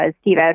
Steve